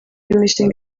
imishinga